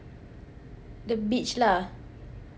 the beach lah